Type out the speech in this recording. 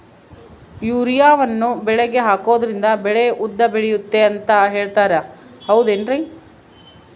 ಯೂರಿಯಾವನ್ನು ಬೆಳೆಗೆ ಹಾಕೋದ್ರಿಂದ ಬೆಳೆ ಉದ್ದ ಬೆಳೆಯುತ್ತೆ ಅಂತ ಹೇಳ್ತಾರ ಹೌದೇನ್ರಿ?